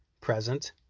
present